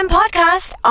podcast